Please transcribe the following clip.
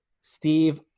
Steve